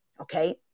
okay